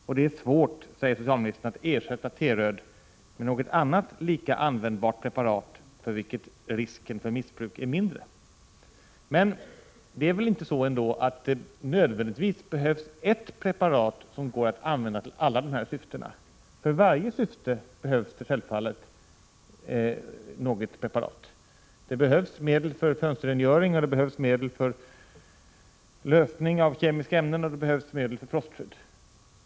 Socialministern säger vidare: ”Det är svårt att ersätta T-röd” med något annat lika användbart preparat för vilket risken för missbruk är mindre.” Men det behövs väl ändå nödvändigtvis ett preparat som går att använda för alla dessa saker. För varje sak behövs det självfallet något preparat. Det behövs medel för fönsterrengöring, för lösning av kemiska ämnen och för frostskydd.